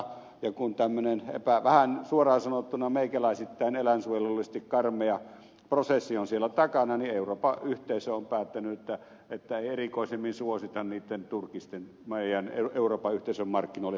kun tämmöinen vähän suoraan sanottuna meikäläisittäin eläinsuojelullisesti karmea prosessi on siellä takana niin euroopan yhteisö on päättänyt että ei erikoisemmin suosita niitten turkisten tuontia euroopan yhteisön markkinoille